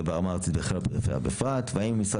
ברמה הארצית בכלל ובפריפריה בפרט והאם המשרד